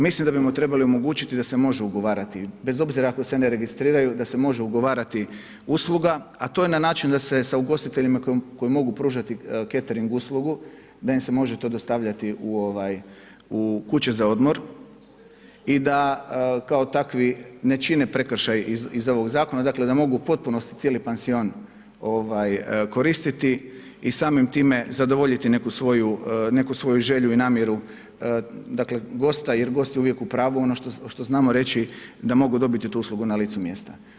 Mislim da bi mu trebali omogućiti da se može ugovoriti, bez obzira ako se ne registriraju, da se može ugovarati usluga, a to je na način da se sa ugostiteljima koji mogu pružati ketering uslugu, da im se može to dostavljati u kuće za odmor i da kao takvi ne čine prekršaj iz ovog zakona, dakle, da mogu u potpunosti cijeli pansion koristiti i samim time zadovoljit neku svoju želju ili namjeru, dakle, gosta, jer gost je uvijek u pravu, ono što znamo reći, da mogu dobiti tu slobodu na licu mjesta.